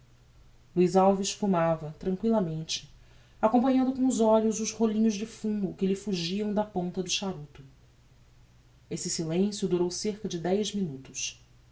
luiz alves fumava tranquillamente acompanhando com os olhos os rolinhos de fumo que lhe fugiam da ponta do charuto este silencio durou cerca de dez minutos